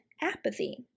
apathy